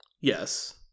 Yes